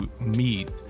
meet